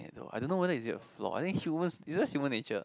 yeah I don't know whether is it a flaw I think human it's just human nature